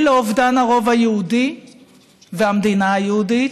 לאובדן הרוב היהודי והמדינה היהודית,